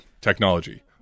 technology